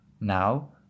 now